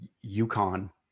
Yukon